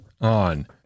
on